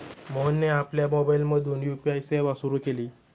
मोहनने आपल्या मोबाइलमधून यू.पी.आय सेवा सुरू केली